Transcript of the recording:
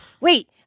wait